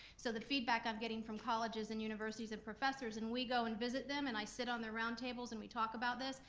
so the feedback i'm getting from colleges and universities of professors, and we go and visit them, and i sit on the round tables and we talk about this.